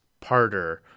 parter